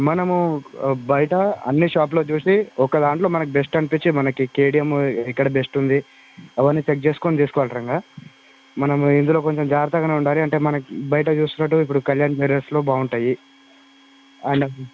మనము బయట అన్నీ షాప్లో చూసి ఒక దాంట్లో మనకు బెస్ట్ అనిపించే మనకు కేడీఎం ఇక్కడ బెస్ట్ ఉంది అవన్నీ చెక్ చేసుకొని తీసుకోవాలి రంగ మనము ఇందులో కొంచెం జాగ్రత్తగా ఉండాలి అంటే మనకి బయట చూస్తున్నట్టు ఇప్పుడు కళ్యాణ్ జ్యూవలర్స్లో బాగుంటాయి అయిన